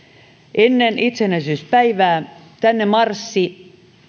ennen itsenäisyyspäivää tänne marssi